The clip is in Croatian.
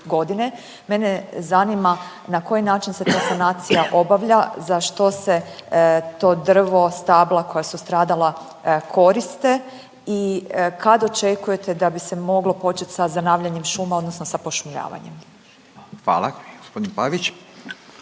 oko 3.g., mene zanima na koji način se ta sanacija obavlja, za što se to drvo, stabla koja su stradala, koriste i kad očekujete da bi se moglo počet sa zanavljanjem šuma odnosno sa pošumljavanjem? **Radin, Furio